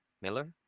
Miller